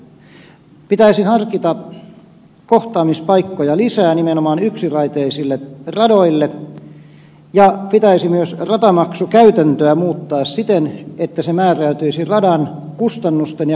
pitäisi harkita kohtaamispaikkoja lisää nimenomaan yksiraiteisille radoille ja pitäisi myös ratamaksukäytäntöä muuttaa siten että se määräytyisi radan kustannusten ja kuntoluokan mukaan